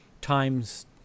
times